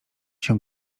się